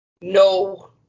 no